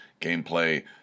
gameplay